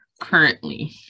currently